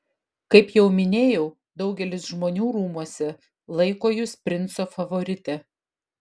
kaip jau minėjau daugelis žmonių rūmuose laiko jus princo favorite